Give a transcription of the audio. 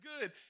good